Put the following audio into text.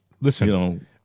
listen